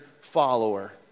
follower